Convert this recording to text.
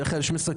בדרך כלל יש מסכם,